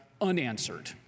unanswered